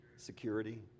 security